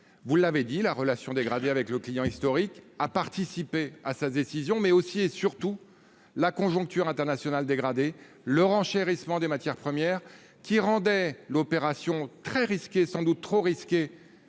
vous l'avez souligné, la relation dégradée avec le client historique a participé à sa décision, mais aussi et surtout la conjoncture internationale dégradée et le renchérissement des matières premières, qui rendaient l'opération trop risquée à la fois pour SAM et